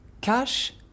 cash